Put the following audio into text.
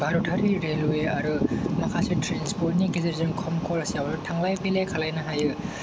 भारतआरि रेलवे आरो माखासे ट्रेन्सपर्टनि गेजेरजों खम खरसायावनो थांलाय फैलाय खालामनो हायो